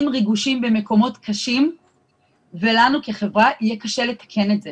ריגושים במקומות קשים ולנו כחברה יהיה קשה לתקן את זה.